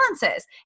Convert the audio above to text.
balances